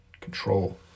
control